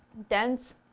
dense,